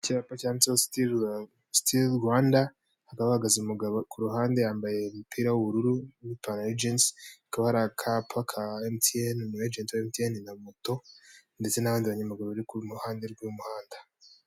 Icyapa cyanditseho siti Rwanda hakaba hahagaze umugabo ku ruhande, yambaye umupira w'ubururu n'ipantaro y'Ijensi, hakaba hari akapa ka MTN, umu ajenti wa emutiyene na moto, ndetse n'abandi banyamaguru bari ku ruhande rw'umuhanda.